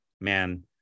man